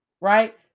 right